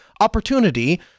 opportunity